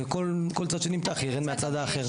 וכל צד שנמתח ירד מהצד האחר.